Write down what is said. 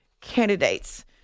candidates